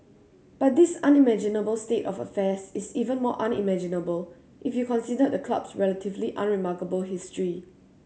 but this unimaginable state of affairs is even more unimaginable if you considered the club's relatively unremarkable history